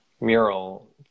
mural